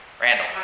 Randall